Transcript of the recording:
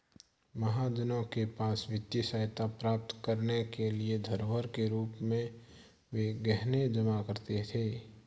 महाजनों के पास वित्तीय सहायता प्राप्त करने के लिए धरोहर के रूप में वे गहने जमा करते थे